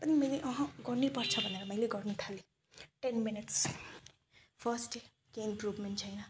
तर पनि मैले अहँ गर्नैपर्छ भनेर मैले गर्नु थालेँ टेन मिनट्स फर्स्ट डे केही इम्प्रुभमेन्ट छैन